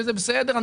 בסדר,